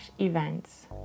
events